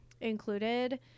included